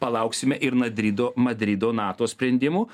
palauksime ir nadrido madrido nato sprendimų